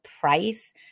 price